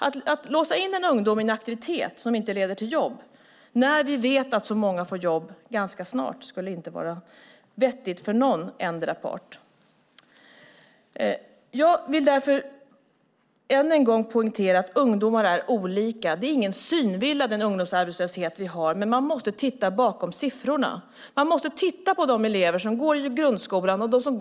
Att låsa in en ungdom i en aktivitet som inte leder till jobb när vi vet att så många får jobb ganska snart skulle inte vara vettigt för någon part. Jag vill ännu en gång poängtera att ungdomar är olika. Ungdomsarbetslösheten är ingen synvilla, men vi måste titta bakom siffrorna. Vi måste titta på de elever som går i grundskola och gymnasium.